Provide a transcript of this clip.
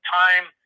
time